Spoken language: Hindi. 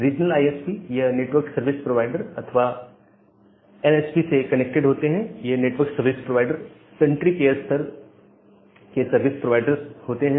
रीजनल आईएसपी ये नेटवर्क सर्विस प्रोवाइडर अथवा एनएसपी से कनेक्टेड होते हैं ये नेटवर्क सर्विस प्रोवाइडर कंट्री के स्तर के सर्विस प्रोवाइडर होते हैं